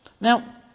Now